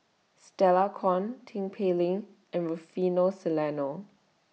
Stella Kon Tin Pei Ling and Rufino Soliano